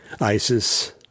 isis